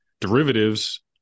derivatives